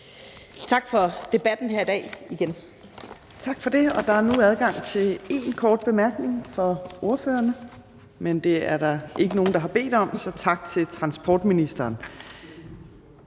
tak for debatten her i dag.